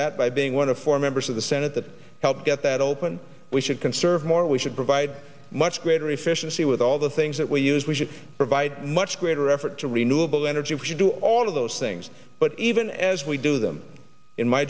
that by being one of four members of the senate that helped get that open we should conserve more we should provide much greater efficiency with all the things that we use we should provide much greater effort to renewable energy if you do all of those things but even as we do them in my